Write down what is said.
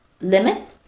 limit